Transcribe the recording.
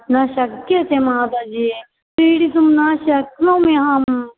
न शक्यते मातजि क्रीडितुं न शक्नोमि अहम्